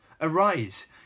Arise